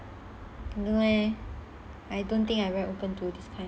ya but I don't leh I don't think I very open to this kind